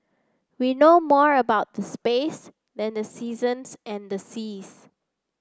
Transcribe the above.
we know more about the space than the seasons and the seas